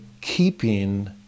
keeping